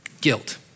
guilt